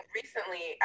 recently